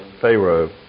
Pharaoh